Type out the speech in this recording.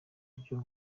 buryo